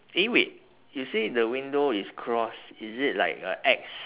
eh wait you say the window is cross is it like a X